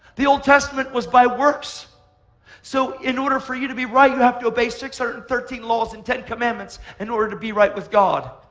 the old testament was by works so in order for you to be right, you have to obey six hundred and thirteen laws and ten commandments in order to be right with god.